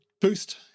boost